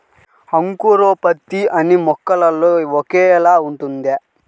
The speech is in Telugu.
అంకురోత్పత్తి అన్నీ మొక్కలో ఒకేలా ఉంటుందా?